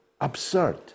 absurd